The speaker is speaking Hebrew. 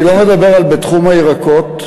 אני לא מדבר על תחום הירקות,